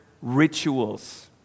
rituals